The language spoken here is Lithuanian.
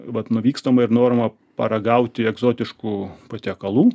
vat nuvykstama ir norma paragauti egzotiškų patiekalų